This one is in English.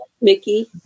Mickey